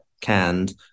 canned